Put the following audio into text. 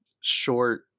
short